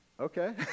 okay